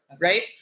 right